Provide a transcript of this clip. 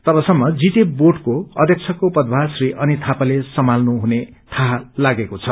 तबसम्ममा GTA बोर्डको अध्यक्षको पदभार श्री अनित थापाले सम्भाल्नु हुने थाहा लागेको छ